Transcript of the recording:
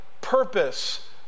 purpose